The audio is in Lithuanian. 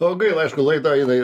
o gaila aišku laida eina į